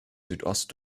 südost